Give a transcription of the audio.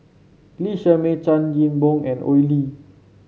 Lee Shermay Chan Chin Bock and Oi Lin